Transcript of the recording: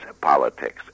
politics